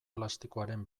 plastikoaren